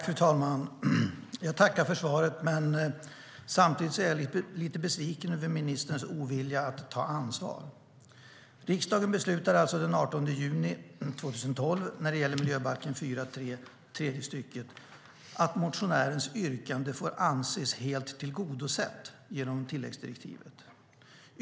Fru talman! Jag tackar för svaret. Samtidigt är jag lite besviken över ministerns ovilja att ta ansvar. Riksdagen beslutade den 18 juni 2012 beträffande ett motionsyrkande gällande 4 kap. 6 § tredje stycket miljöbalken att motionärens yrkande fick anses helt tillgodosett genom tilläggsdirektiv.